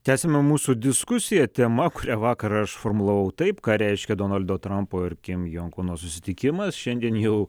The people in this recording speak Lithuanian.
tęsiame mūsų diskusiją tema kurią vakar aš formulavau taip ką reiškia donaldo trampo ir kim jun kuno susitikimas šiandien jau